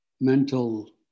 mental